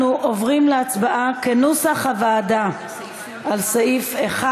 אנחנו עוברים להצבעה כנוסח הוועדה על סעיפים 1,